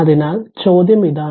അതിനാൽ ചോദ്യം ഇതാണ്